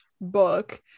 book